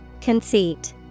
Conceit